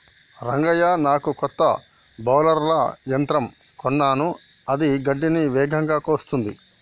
రంగయ్య నాకు కొత్త బౌలర్ల యంత్రం కొన్నాను అది గడ్డిని వేగంగా కోస్తుంది